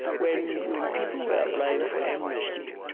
when when people were applying for amnesty,